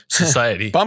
society